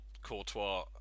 Courtois